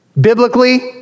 biblically